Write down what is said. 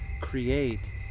create